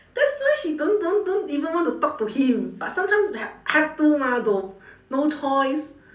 that's why she don't don't don't even want to talk to him but sometime ha~ have to mah though no choice